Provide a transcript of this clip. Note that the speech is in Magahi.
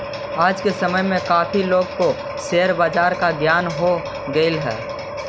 आज के समय में काफी लोगों को शेयर बाजार का ज्ञान हो गेलई हे